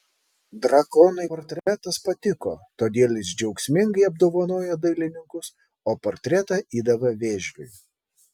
drakonui portretas patiko todėl jis džiaugsmingai apdovanojo dailininkus o portretą įdavė vėžliui